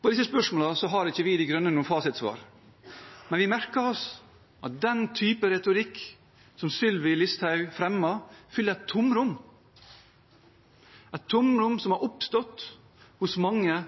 På disse spørsmålene har ikke vi i De grønne noe fasitsvar. Men vi merker oss at den typen retorikk som Sylvi Listhaug fremmer, fyller et tomrom – et tomrom som har oppstått hos mange